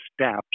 steps